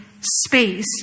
space